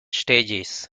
stages